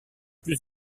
plus